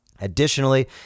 Additionally